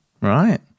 Right